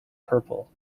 purple